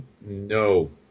no